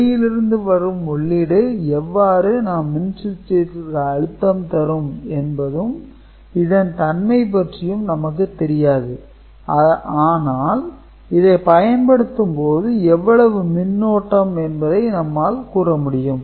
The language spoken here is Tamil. வெளியிலிருந்து வரும் உள்ளீடு எவ்வாறு நாம் மின்சுற்றிற்கு அழுத்தம் தரும் என்பதும் இதன் தன்மை பற்றியும் நமக்கு தெரியாது ஆனால் இதைப் பயன்படுத்தும் போது எவ்வளவு மின்னோட்டம் என்பதை நம்மால் கூற முடியும்